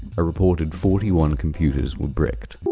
a reported forty one computers were bricked.